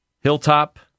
Hilltop